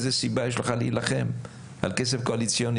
איזו סיבה יש לך להילחם על כסף קואליציוני?